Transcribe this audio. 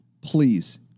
please